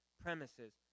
premises